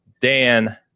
dan